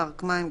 פארק מים,